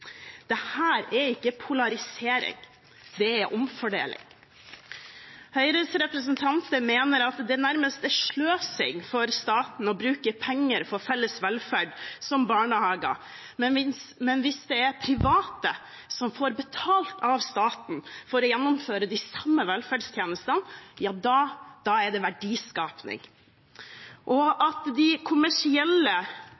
er ikke polarisering, det er omfordeling. Høyres representanter mener at det nærmest er sløsing av staten å bruke penger på felles velferd som barnehager, men at hvis det er private som får betalt av staten for å gjennomføre de samme velferdstjenestene, er det verdiskaping. At de kommersielle kan ta utbytte fra disse skattefinansierte velferdstjenestene, er